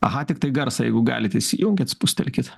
aha tiktai garsą jeigu galit įsijunkit spustelkit